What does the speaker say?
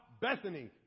Bethany